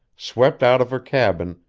swept out of her cabin,